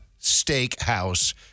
steakhouse